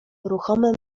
ruchome